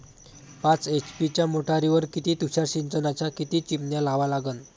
पाच एच.पी च्या मोटारीवर किती तुषार सिंचनाच्या किती चिमन्या लावा लागन?